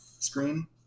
screen